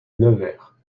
nevers